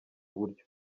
buryo